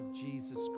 Jesus